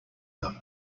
though